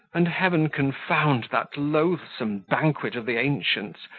and heaven confound that loathsome banquet of the ancients,